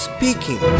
Speaking